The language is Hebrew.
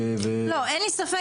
לא, אין לי ספק.